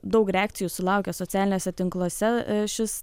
daug reakcijų sulaukė socialiniuose tinkluose šis